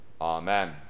Amen